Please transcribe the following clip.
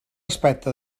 aspecte